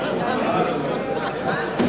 התשס"ט